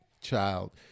child